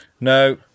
no